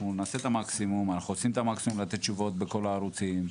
אנחנו עושים ונעשה את המקסימום בכל הערוצים,